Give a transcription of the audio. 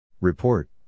Report